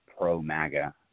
pro-MAGA